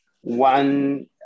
one